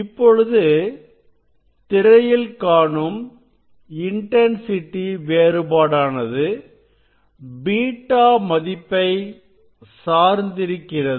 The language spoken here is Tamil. இப்பொழுது திரையில் காணும் இன்டன்சிடி வேறுபாடானது β மதிப்பை சார்ந்திருக்கிறது